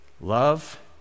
Love